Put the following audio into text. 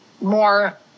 more